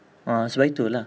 ah sebab itu lah